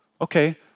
Okay